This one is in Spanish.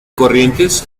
corrientes